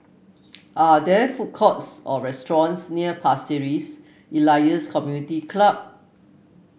are there food courts or restaurants near Pasir Ris Elias Community Club